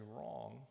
wrong